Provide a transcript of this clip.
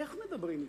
איך מדברים אתו,